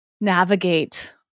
navigate